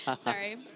sorry